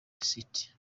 seat